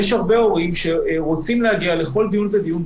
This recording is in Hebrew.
יש הרבה הורים שרוצים להגיע לכל דיון ודיון,